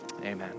amen